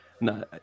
No